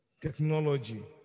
technology